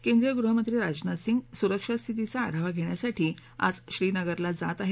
केंद्रीय गृहमंत्री राजनाथ सिंह सुरक्षा स्थितीचा आढावा घेण्यासाठी आज श्रीनगरला जाणार आहेत